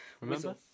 remember